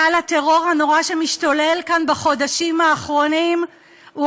גל הטרור הנורא שמשתולל כאן בחודשים האחרונים הוא